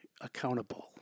accountable